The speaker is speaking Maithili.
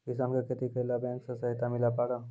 किसान का खेती करेला बैंक से सहायता मिला पारा?